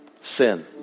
sin